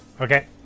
Okay